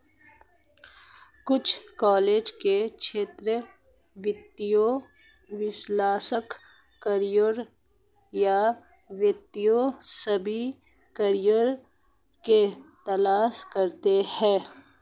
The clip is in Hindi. कुछ कॉलेज के छात्र वित्तीय विश्लेषक करियर या वित्तीय सेवा करियर की तलाश करते है